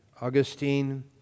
Augustine